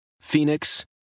Phoenix